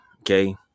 okay